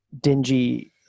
dingy